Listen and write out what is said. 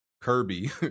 Kirby